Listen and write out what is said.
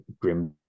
grim